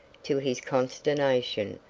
to his consternation,